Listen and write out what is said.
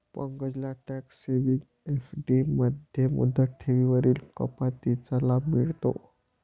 पंकजला tax saving FD मध्ये मुदत ठेवींवरील कपातीचा लाभ मिळतो